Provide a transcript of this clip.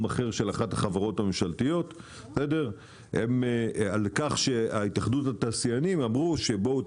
אחר של אחת החברות הממשלתיות לכך שהתאחדות התעשיינים אמרה שבואו,